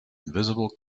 invisible